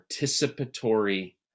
participatory